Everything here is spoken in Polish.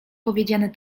powiedziane